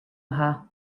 her